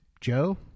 Joe